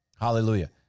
Hallelujah